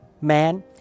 man